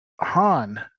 han